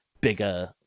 bigger